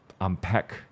unpack